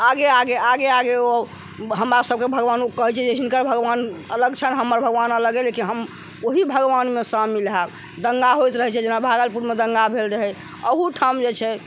आगे आगे आगे आगे ओ हमरा सबके भगवन के कहै छै की हिनकर भगवान अलग छनि हमर भगवान अलग अइ लेकिन हम ओहि भगवान मे शामिल होयब दंगा होइत रहै छै जेना भागलपुर मे दंगा भेल रहै अहुठाम जे छै